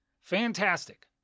Fantastic